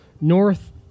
north